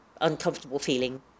uncomfortable-feeling